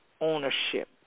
ownership